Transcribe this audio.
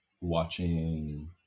watching